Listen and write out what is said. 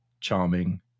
charming